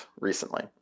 recently